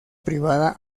privada